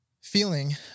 feeling